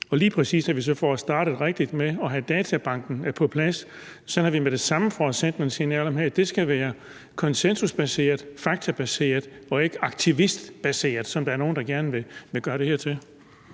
lige præcis så vi får startet rigtigt med at have databanken på plads, sådan at vi med det samme får sendt nogle signaler om, at det skal være konsensusbaseret og faktabaseret og ikke aktivistbaseret, som der er nogle der gerne vil gøre det her til?